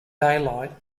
daylight